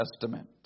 Testament